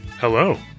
Hello